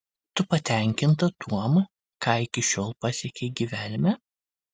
tu patenkinta tuom ką iki šiol pasiekei gyvenime